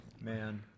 Man